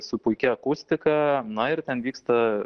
su puikia akustika na ir ten vyksta